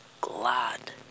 glad